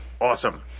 Awesome